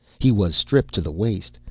he was stripped to the waist.